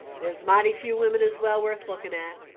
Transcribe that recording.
there's mighty few women as well worth looking at,